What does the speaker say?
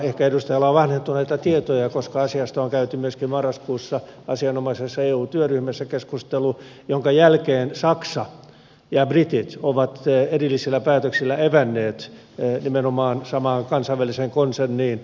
ehkä edustajalla on vanhentuneita tietoja koska asiasta on käyty myöskin marraskuussa asian omaisessa eu työryhmässä keskustelu jonka jälkeen saksa ja britit ovat erillisillä päätöksillä evänneets veisi menomaan samaan kansainväliseen konserniin